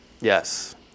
Yes